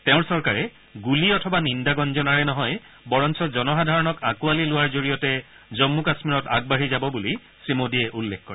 তেওঁৰ চৰকাৰে গুলী অথবা নিন্দা গঞ্জনাৰে নহয় বৰঞ্চ জনসাধাৰণক আকোঁৱালি লোৱাৰ জৰিয়তে জম্মু আৰু কাশ্মীৰত আগবাঢ়ি যাব বুলি শ্ৰীমোডীয়ে উল্লেখ কৰে